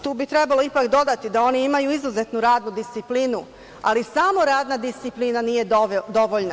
Tu bi ipak trebalo dodati da oni imaju izuzetnu radnu disciplinu, ali samo radna disciplina nije dovoljna.